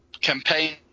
campaign